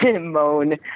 moan